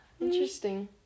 Interesting